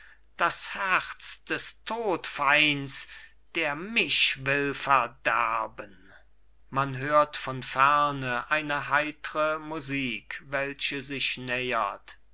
das herz des todfeinds der mich will verderben man hört von ferne eine heitre musik welche sich nähert